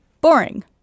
boring